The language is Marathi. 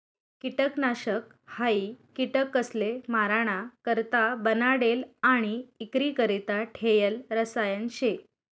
किटकनाशक हायी किटकसले माराणा करता बनाडेल आणि इक्रीकरता ठेयेल रसायन शे